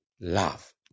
love